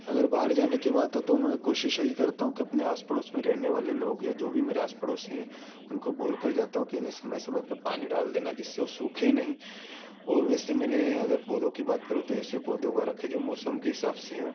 अगर बाहर जाने की बात हो तो मैं कोशिश यही करता हूँ कि अपने आस पड़ोस में रहने वाले लोग या जो भी मेरे आस पड़ोसी हैं उनको बोलकर जाता हूँ कि इन्हें समय समय पर पानी डाल देना जिससे वो सूखे नहीं और वैसे मैंने अगर पौधों की बात करूँ तो एसे पौधे उगा रखे हैं जो मौसम के हिसाब हों